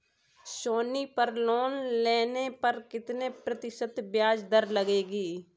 सोनी पर लोन लेने पर कितने प्रतिशत ब्याज दर लगेगी?